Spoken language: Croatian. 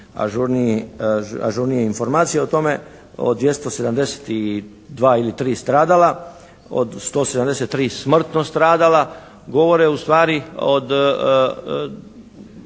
ažurnije informacije o tome od 272 ili 3 stradala, od 173 smrtno stradala govore ustvari od